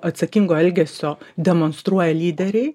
atsakingo elgesio demonstruoja lyderiai